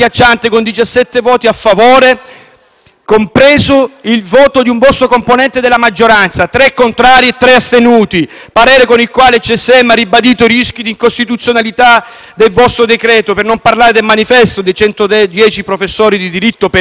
compreso il voto di un vostro componente della maggioranza, tre contrari e astenuti; parere con il quale il CSM ha ribadito i rischi di incostituzionalità del vostro decreto. Per non parlare del manifesto dei 110 professori di diritto penale, il fior fiore dell'accademia italiana